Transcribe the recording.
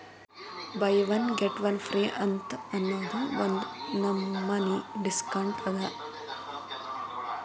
by one get one free ಅಂತ್ ಅನ್ನೂದು ಒಂದ್ ನಮನಿ ಡಿಸ್ಕೌಂಟ್ ಅದ